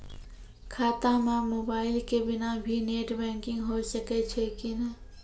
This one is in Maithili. खाता म मोबाइल के बिना भी नेट बैंकिग होय सकैय छै कि नै?